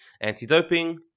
anti-doping